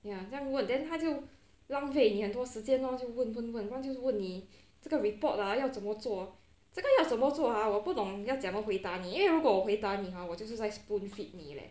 ya 这样问 then 他就浪费你很多时间 lor 就问问不然就是问你这个 report lah 要怎么做这个要怎做 ah 我不懂要怎么回答你 eh 因为如果我回答你 ah 我就是在 spoonfeed 你 leh